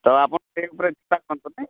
ତ ଆପଣ ସେ ଉପରେ ଚିନ୍ତା କରନ୍ତୁ ନାହିଁ